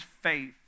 faith